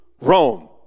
Rome